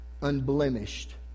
unblemished